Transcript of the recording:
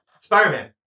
Spider-Man